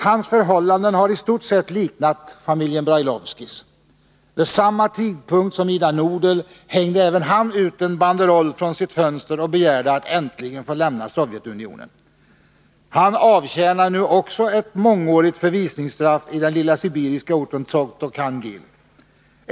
Hans förhållanden har i stort sett liknat familjen Brailovskys. Vid samma tidpunkt som Ida Nudel hängde även han ut en banderoll från sitt fönster och begärde att äntligen få lämna Sovjetunionen. Han avtjänar nu också ett mångårigt förvisningsstraff i den lilla sibiriska orten Tsogto-Khangil.